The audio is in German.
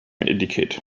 etikett